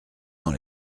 dans